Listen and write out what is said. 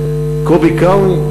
קובי קרני,